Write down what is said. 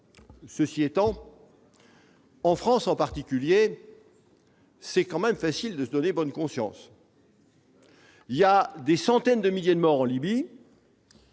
ceci étant en France en particulier, c'est quand même facile de se donner bonne conscience. Il y a des centaines de milliers de morts en Libye.